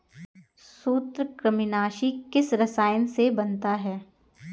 सूत्रकृमिनाशी किस रसायन से बनता है?